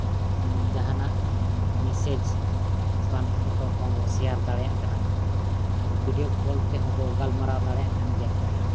ᱡᱟᱦᱟᱱᱟᱜ ᱢᱮᱥᱮᱡᱽ ᱥᱮ ᱵᱟᱝ ᱯᱷᱚᱴᱳ ᱠᱚᱦᱚᱸ ᱵᱚᱱ ᱥᱮᱭᱟᱨ ᱫᱟᱲᱮᱭᱟᱜ ᱠᱟᱱᱟ ᱟᱨ ᱵᱷᱤᱰᱭᱳ ᱠᱚᱞ ᱛᱮᱦᱚᱸ ᱵᱚ ᱜᱟᱞᱢᱟᱨᱟᱣ ᱫᱟᱲᱭᱟᱜ ᱠᱟᱱ ᱜᱮᱭᱟ